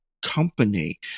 company